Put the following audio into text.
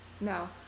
No